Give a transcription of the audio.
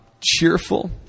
cheerful